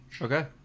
Okay